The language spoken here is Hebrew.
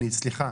סליחה.